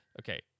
Okay